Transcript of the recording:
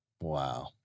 Wow